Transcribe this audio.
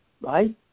right